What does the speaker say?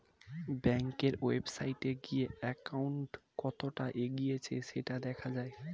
ব্যাংকের ওয়েবসাইটে গিয়ে অ্যাকাউন্ট কতটা এগিয়েছে সেটা দেখা যায়